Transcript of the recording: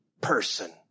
person